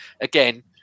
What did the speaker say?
again